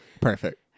Perfect